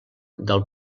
del